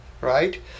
right